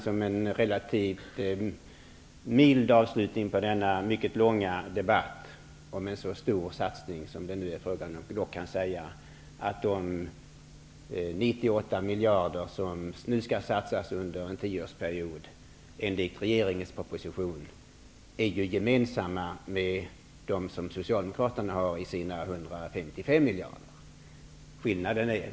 Som en relativt mild avslutning på denna mycket långa debatt om en så stor satsning som det nu är fråga om kan jag dock säga att de 98 miljarder som nu skall satsas under en tioårsperiod, enligt regeringens proposition, är synonyma med dem som Socialdemokraterna har i sina 155 miljarder.